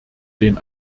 den